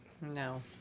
No